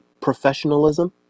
professionalism